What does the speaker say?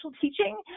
teaching